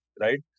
right